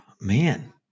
man